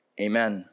Amen